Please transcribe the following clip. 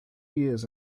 years